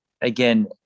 again